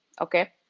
okay